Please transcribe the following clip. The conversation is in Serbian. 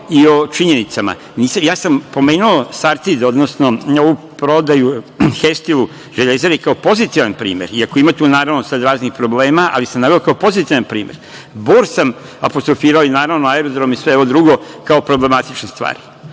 i o činjenicama. Ja sam pomenuo "Sartid", odnosno ovu prodaju "Hestilu" kao pozitivan primer, iako ima tu, naravno, raznih problema, ali sam to naveo kao pozitivan primer. Bor sam apostrofirao, aerodrom i sve ovo drugo kao problematične stvari.